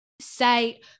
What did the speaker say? say